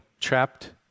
trapped